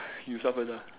you start first ah